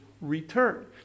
return